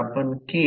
तर 0 r